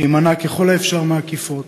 להימנע ככל האפשר מעקיפות,